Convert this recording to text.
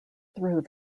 through